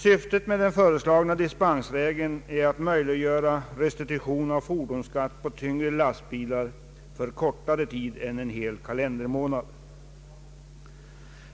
Syftet med den föreslagna dispensregeln är att möjliggöra restitution av fordonsskatt på tyngre lastbilar för kortare tid än hel kalendermånad.